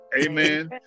Amen